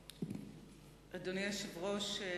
אדוני היושב-ראש,